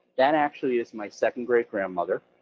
that actually is my second-great grandmother,